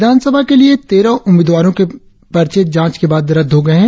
विधान सभा के लिए तेरह उम्मीदवार के पर्चे जांच के बाद रद्द हो गए है